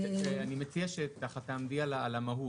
אז אני מציע שככה תעמדי על המהות.